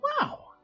Wow